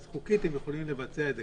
אז חוקית הם יכולים לבצע את זה,